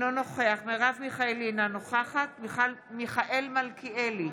אינו נוכח מרב מיכאלי, אינה נוכחת מיכאל מלכיאלי,